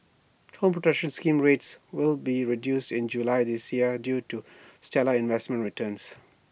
home protection scheme rates will be reduced in July this year due to stellar investment returns